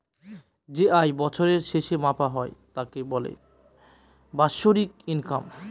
যে আয় বছরের শেষে মাপা হয় তাকে বলে বাৎসরিক ইনকাম